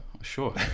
Sure